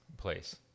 place